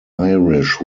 irish